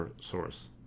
source